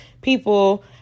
people